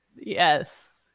Yes